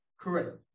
correct